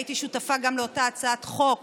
והייתי שותפה גם לאותה הצעת חוק